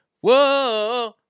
Whoa